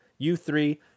U3